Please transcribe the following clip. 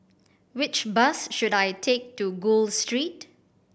which bus should I take to Gul Street